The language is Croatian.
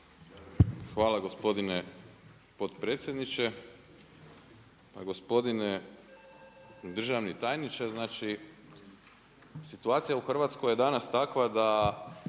Hvala gospodine potpredsjedniče. Pa gospodine državni tajniče, situacija u Hrvatskoj je danas takva da